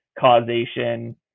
causation